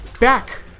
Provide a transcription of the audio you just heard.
back